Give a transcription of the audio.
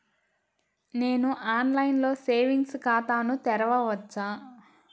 నేను ఆన్లైన్లో సేవింగ్స్ ఖాతాను తెరవవచ్చా?